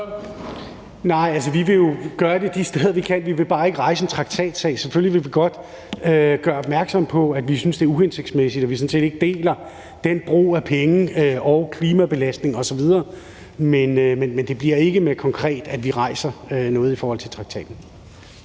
Nej altså, vi vil jo gøre noget de steder, hvor vi kan, men vi vil bare ikke rejse en traktatsag. Selvfølgelig vil vi godt gøre opmærksom på, at vi synes, det er uhensigtsmæssigt, og at vi sådan set ikke bifalder den brug af penge, klimabelastningen osv. Men det kommer ikke konkret til at betyde, at vi rejser en traktatsag.